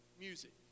music